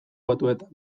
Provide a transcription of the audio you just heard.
batuetan